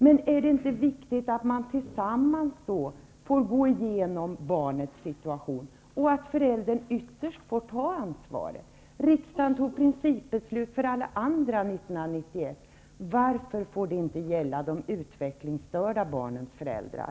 Men är det då inte viktigt att man tillsammans får gå igenom barnets situation och att föräldrarna ytterst får ta ansvaret? Riksdagen fattade principbeslut om det när det gällde alla andra barn 1991 -- varför får det inte gälla de utvecklingsstörda barnens föräldrar?